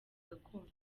gakondo